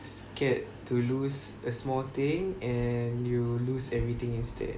scared to lose a small thing and you lose everything instead